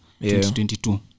2022